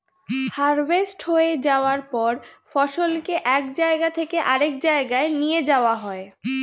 harvest হয়ে যাওয়ার পর ফসলকে এক জায়গা থেকে আরেক জায়গায় নিয়ে যাওয়া হয়